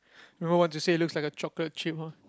don't know what to say looks like a chocolate chip !huh!